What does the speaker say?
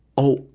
oh,